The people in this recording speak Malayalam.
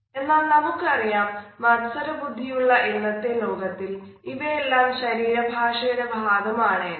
എന്നാൽ നമുക്കറിയാം മത്സരബുദ്ധിയുള്ള ഇന്നത്തെ ലോകത്തിൽ ഇവയെല്ലാം ശരീര ഭാഷയുടെ ഭാഗമാണ് എന്ന്